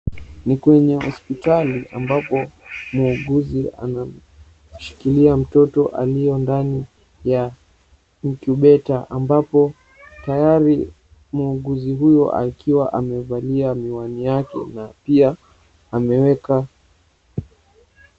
Ni kwenye hospitali ambapo muuguzi anamshikilia mtoto aliye ndani ya incubator ambapo tayari muuguzi huyo akiwa amevalia miwani yake na pia ameweka.